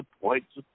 points